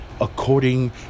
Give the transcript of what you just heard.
according